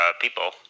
people